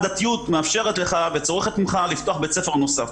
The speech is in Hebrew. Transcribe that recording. דתיות מאפשרת לך וצורכת ממך לפתוח בית ספר נוסף.